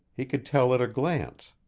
he could tell at a glance,